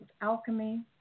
alchemy